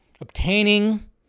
obtaining